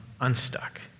unstuck